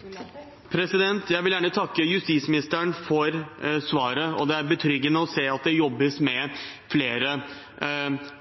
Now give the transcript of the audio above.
gjengkriminaliteten. Jeg vil gjerne takke justisministeren for svaret, og det er betryggende å se at det jobbes med flere